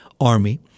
army